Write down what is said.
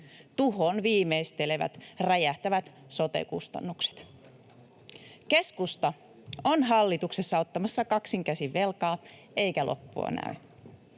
Tuhon viimeistelevät räjähtävät sote-kustannukset. Keskusta on hallituksessa ottamassa kaksin käsin velkaa, eikä loppua näy.